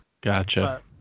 gotcha